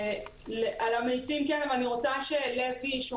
על המאיצים כן אבל אני רוצה שלוי ירחיב,